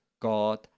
God